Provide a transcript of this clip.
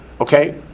Okay